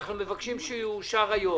אנו מבקשים שיאושר היום.